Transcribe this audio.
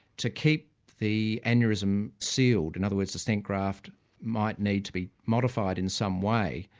to keep the aneurysm sealed, in other words the stent graft might need to be modified in some way,